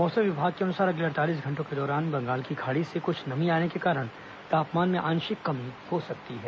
मौसम विभाग के अनुसार अगले अड़तालीस घंटों के दौरान बंगाल की खाड़ी से कुछ नमी आने के कारण तापमान में आंशिक कमी हो सकती है